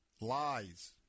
lies